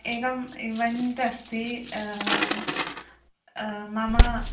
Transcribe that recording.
एकम् इवेण्ट् अस्ति मम